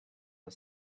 the